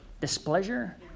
Displeasure